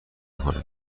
کند